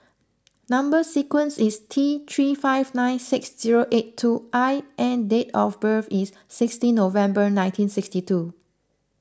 Number Sequence is T three five nine six zero eight two I and date of birth is sixteen November nineteen sixty two